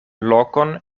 lokon